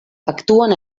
actuen